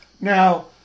now